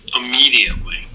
immediately